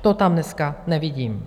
To tam dneska nevidím.